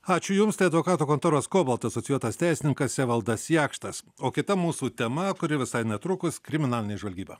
ačiū jums tai advokatų kontoros kobalt asocijuotas teisininkas evaldas jakštas o kita mūsų tema kuri visai netrukus kriminalinė žvalgyba